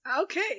Okay